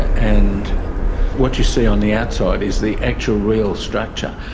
and what you see on the outside is the actual real structure.